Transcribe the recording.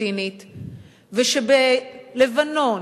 בבקשה,